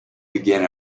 begin